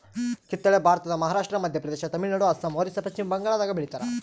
ಕಿತ್ತಳೆ ಭಾರತದ ಮಹಾರಾಷ್ಟ್ರ ಮಧ್ಯಪ್ರದೇಶ ತಮಿಳುನಾಡು ಅಸ್ಸಾಂ ಒರಿಸ್ಸಾ ಪಚ್ಚಿಮಬಂಗಾಳದಾಗ ಬೆಳಿತಾರ